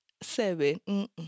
seven